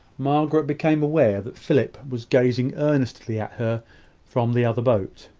margaret became aware that philip was gazing earnestly at her from the other boat.